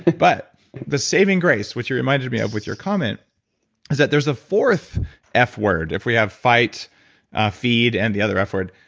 but the saving grace which you reminded me of with your comment is that there's a fourth f word, if we have fight feed, and the other f word.